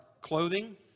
clothing